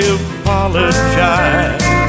apologize